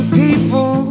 people